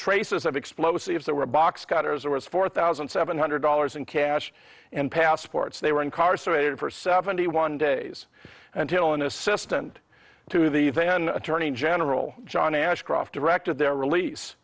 traces of explosives that were box cutters there was four thousand seven hundred dollars in cash and passports they were incarcerated for seventy one days until an assistant to the then attorney general john ashcroft directed their release